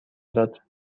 داد